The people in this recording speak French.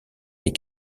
les